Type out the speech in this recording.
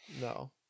No